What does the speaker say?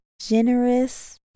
generous